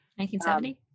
1970